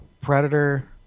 Predator